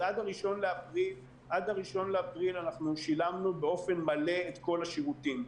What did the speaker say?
עד הראשון לאפריל אנחנו שילמנו באופן מלא את כל השירותים.